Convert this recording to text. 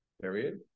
period